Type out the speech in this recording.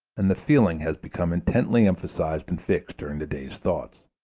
and the feeling has become intently emphasized and fixed during the day thoughts.